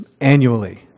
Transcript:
annually